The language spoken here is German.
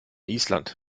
island